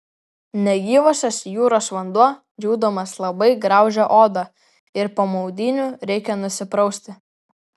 negyvosios jūros vanduo džiūdamas labai graužia odą ir po maudynių reikia nusiprausti